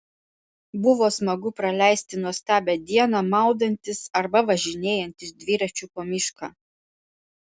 buvo smagu praleisti nuostabią dieną maudantis arba važinėjantis dviračiu po mišką